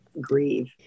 grieve